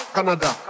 Canada